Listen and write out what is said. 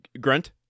grunt